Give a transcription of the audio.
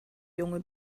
junge